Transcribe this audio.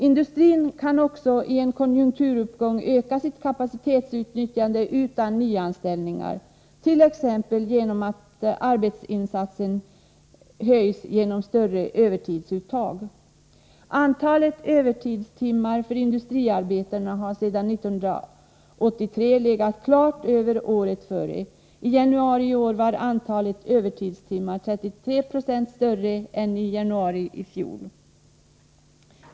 Industrin kan i en konjunkturuppgång öka sitt kapacitetsutnyttjande utan nyanställningar, t.ex. genom att arbetsinsatsen höjs via större övertidsuttag. Antalet övertidstimmar för industriarbetarna har sedan 1983 legat klart över antalet föregående år. I januari i år var antalet övertidstimmar 33 90 större än i januari i fjol.